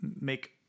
make